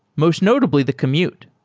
most notably, the commute.